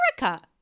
America